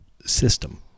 system